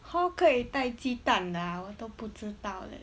hall 可以带鸡蛋的 ah 我都不知道 leh